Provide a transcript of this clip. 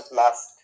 last